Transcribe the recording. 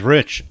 Rich